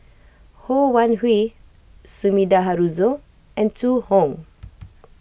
Ho Wan Hui Sumida Haruzo and Zhu Hong